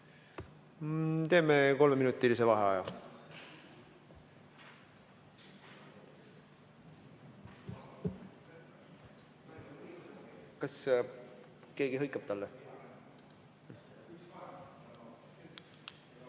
Teeme kolmeminutilise vaheaja. Kas keegi hõikab talle?V